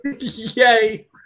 Yay